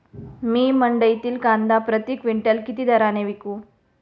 मी मंडईतील कांदा प्रति क्विंटल किती दराने विकू?